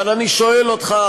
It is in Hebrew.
אבל אני שואל אותך,